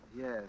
Yes